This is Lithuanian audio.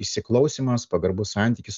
įsiklausymas pagarbus santykis